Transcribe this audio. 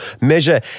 Measure